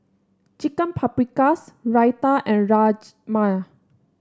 Chicken Paprikas Raita and Rajma